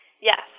Yes